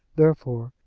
therefore,